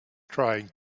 trying